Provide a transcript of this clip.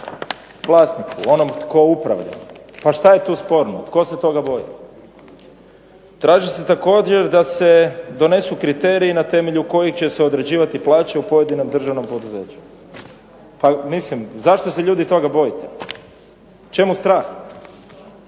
vlasniku onome tko upravlja. Pa što je tu sporno? Tko se toga boji? Traži se također da se donesu kriteriji na temelju kojih će se određivati plaće u pojedinom državnom poduzeću. Pa mislim zašto se toga ljudi bojite? Čemu strah?